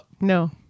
No